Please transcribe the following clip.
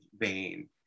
vein